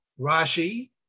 Rashi